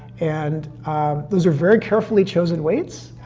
and those are very carefully chosen weights.